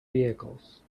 vehicles